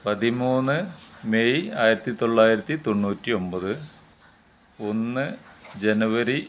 പതിമൂന്ന് മെയ് ആയിരത്തി തൊള്ളായിരത്തി തൊണ്ണൂറ്റി ഒൻപത് ഒന്ന് ജനുവരി